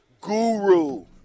guru